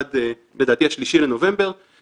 ועד עכשיו משרד החינוך פועל לפי ההמלצה שלנו,